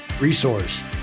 resource